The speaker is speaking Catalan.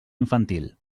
infantil